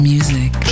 Music